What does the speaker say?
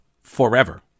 forever